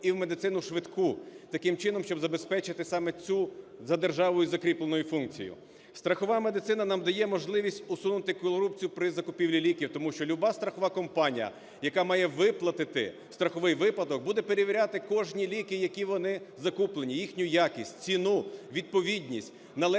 і в медицину швидку таким чином, щоб забезпечити саме цю, за державою закріпленою, функцією. Страхова медицина нам дає можливість усунути корупцію при закупівлі ліків. Тому що люба страхова компанія, яка має виплатити страховий випадок. буде перевіряти кожні ліки, які вони закуплені, їхню якість, ціну, відповідність, належність